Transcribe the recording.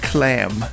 Clam